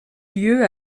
lieu